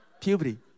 Puberty